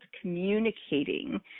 communicating